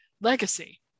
legacy